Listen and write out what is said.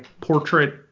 portrait